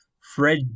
Fred